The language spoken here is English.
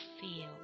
feel